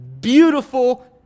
beautiful